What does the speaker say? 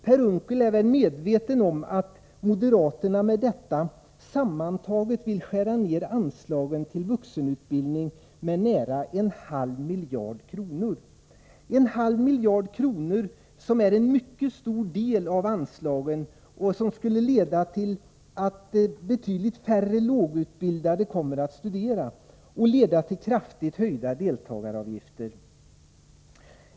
Per Unckel är väl medve | ten om att moderaterna härigenom sammantaget vill skära ned anslagen till 109 vuxenutbildning med nära en halv miljard kronor. En halv miljard är en mycket stor del av anslagen, och denna nedskärning skulle leda till att betydligt färre lågutbildade kommer att studera och också till kraftigt höjda deltagaravgifter.